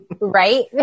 Right